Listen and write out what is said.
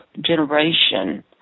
generation